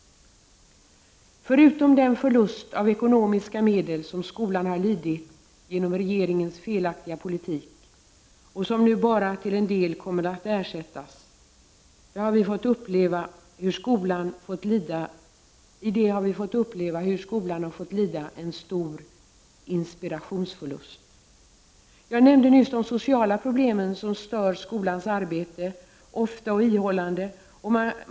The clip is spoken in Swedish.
Förutom den förlust av ekonomiska medel som skolan har lidit genom regeringens felaktiga politik och som nu bara till en del kommer att ersättas, har vi fått uppleva hur skolan har fått lida en stor inspirationsförlust. Jag nämnde nyss de sociala problemen som stör skolans arbete ofta och ihållande.